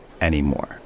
anymore